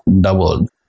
doubled